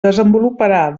desenvoluparà